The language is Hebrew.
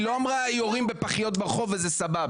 היא לא אמרה יורים בפחיות ברחוב וזה סבבה.